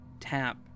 Tap